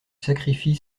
sacrifie